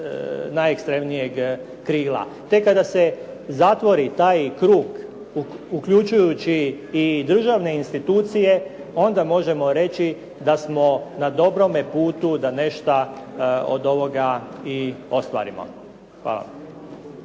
najekstremnijeg krila. Tek kada se zatvori taj krug uključujući i državne institucije, onda možemo reći da smo na dobrome putu da nešto od ovoga i ostvarimo. Hvala.